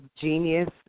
genius